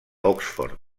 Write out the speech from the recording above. oxford